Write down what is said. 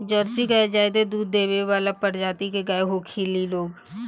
Jersey गाय ज्यादे दूध देवे वाली प्रजाति के गाय होखेली लोग